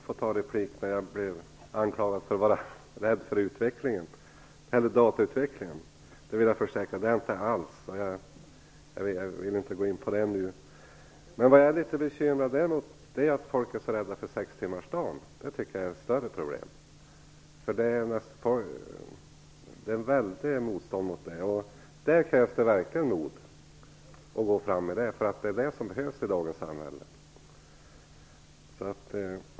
Herr talman! Jag måste begära replik, eftersom jag blev anklagad för att vara rädd för datautvecklingen. Jag kan försäkra att jag inte är det. Däremot är jag litet bekymrad över att människor är så rädda för sextimmarsdagen. Det tycker jag är ett större problem. Det finns ett stort motstånd mot den. Det krävs verkligen mod att gå fram med ett sådant krav. Det är ju detta som behövs i dagens samhälle.